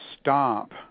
stop